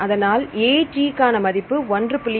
அதனால் AT கான மதிப்பு 1